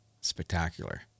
spectacular